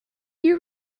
you